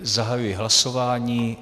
Zahajuji hlasování.